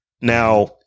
Now